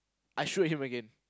I shoot him again